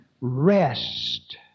rest